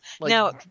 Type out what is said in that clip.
Now